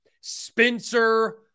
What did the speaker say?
Spencer